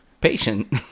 patient